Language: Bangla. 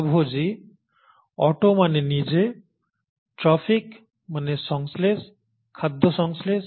স্বভোজী অটো মানে নিজে ট্রফিক মানে সংশ্লেষ খাদ্য সংশ্লেষ